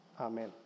Amen